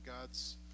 God's